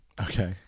okay